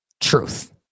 Truth